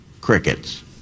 crickets